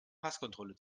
passkontrolle